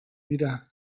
dira